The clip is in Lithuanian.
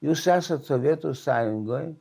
jūs esat sovietų sąjungoj